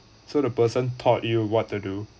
so the person taught you what to do